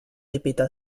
répéta